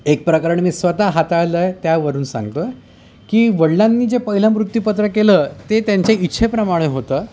एक प्रकरण मी स्वतः हाताळलं आहे त्यावरून सांगतो आहे की वडिलांनी जे पहिलं मृत्यूपत्र केलं ते त्यांचे इच्छेप्रमाणे होतं